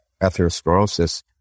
atherosclerosis